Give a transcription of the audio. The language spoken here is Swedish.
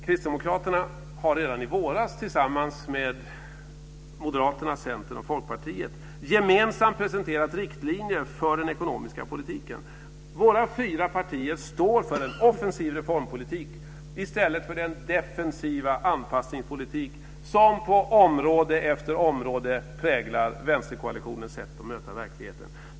Kristdemokraterna presenterade redan i våras tillsammans med Moderaterna, Centern och Folkpartiet gemensamma riktlinjer för den ekonomiska politiken. Våra fyra partier står för en offensiv reformpolitik i stället för den defensiva anpassningspolitik som på område efter område präglar vänsterkoalitionens sätt att möta verkligheten.